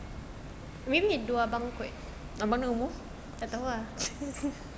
maybe dua abang kot tak tahu ah